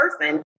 person